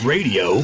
Radio